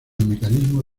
mecanismo